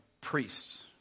priests